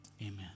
Amen